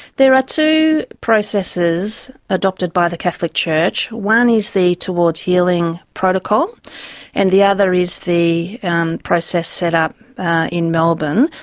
there are two processes adopted by the catholic church one is the towards healing protocol and the other is the um process set up in melbourne,